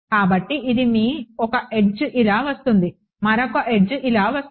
కాబట్టి ఇది మీ ఒక ఎడ్జ్ ఇలా వస్తుంది మరొక ఎడ్జ్ ఇలా వస్తుంది